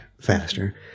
faster